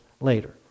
later